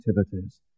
activities